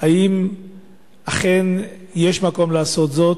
אם אכן יש מקום לעשות זאת.